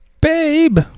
Babe